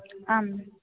आम्